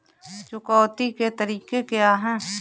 चुकौती के तरीके क्या हैं?